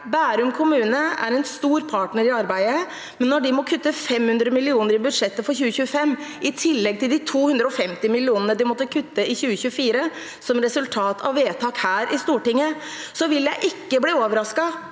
Bærum kommune er en stor partner i arbeidet, men når de må kutte 500 mill. kr i budsjettet for 2025, i tillegg til de 250 mill. kr de måtte kutte i 2024 som resultat av vedtak her i Stortinget, vil jeg ikke bli overrasket